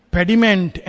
Pediment